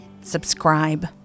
subscribe